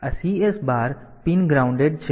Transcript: તેથી આ CS બાર પિન ગ્રાઉન્ડેડ છે